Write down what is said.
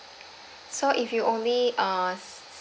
so if you only uh